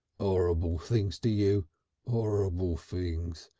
orrible things to you orrible things.